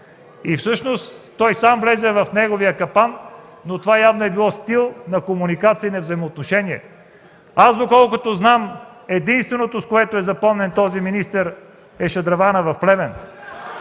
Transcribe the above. Всъщност той сам влезе в своя капан, но това явно е било стил на комуникацията и на взаимоотношенията. Аз доколкото знам, единственото, с което е запомнен този министър, е шадраванът в Плевен.